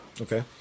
okay